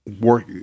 work